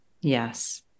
Yes